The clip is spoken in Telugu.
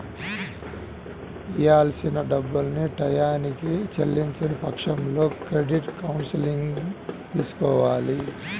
ఇయ్యాల్సిన డబ్బుల్ని టైయ్యానికి చెల్లించని పక్షంలో క్రెడిట్ కౌన్సిలింగ్ తీసుకోవాలి